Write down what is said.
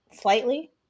slightly